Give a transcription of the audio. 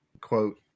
Quote